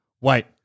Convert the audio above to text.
Wait